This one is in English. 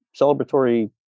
celebratory